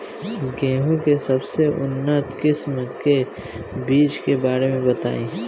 गेहूँ के सबसे उन्नत किस्म के बिज के बारे में बताई?